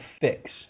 fix